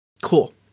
Cool